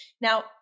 Now